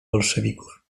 bolszewików